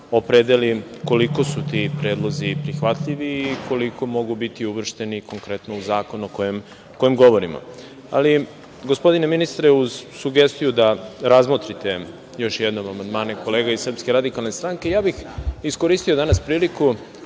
opredeli koliko su ti predlozi prihvatljivi i koliko mogu biti uvršteni u zakon o kojem govorimo. Gospodine ministre uz sugestiju da razmotrite još jednom amandmane kolega iz SRS, ja bih iskoristio danas priliku,